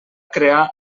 crear